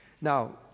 now